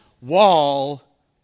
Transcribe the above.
wall